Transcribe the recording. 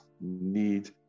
need